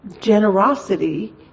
generosity